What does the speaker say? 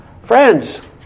friends